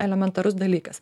elementarus dalykas